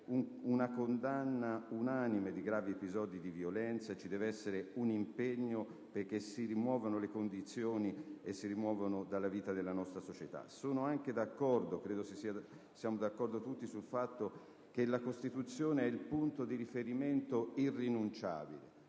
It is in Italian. una condanna unanime dei gravi episodi di violenza; ci deve essere un impegno perché si rimuovano determinate condizioni dalla vita della nostra società. Sono anche d'accordo - penso lo siamo tutti - sul fatto che la Costituzione è il punto di riferimento irrinunciabile.